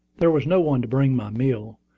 there was no one to bring my meal,